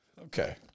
Okay